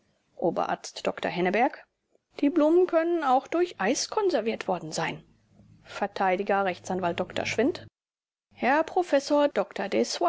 oberarzt dr henneberg die blumen können auch durch eis konserviert worden sein vert r a dr schwindt herr professor